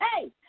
Hey